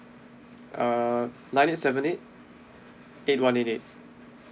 uh nine eight seven eight eight one eight eight